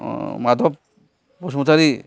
Madhab Basumatary